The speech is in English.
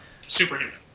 superhuman